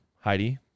Heidi